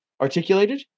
articulated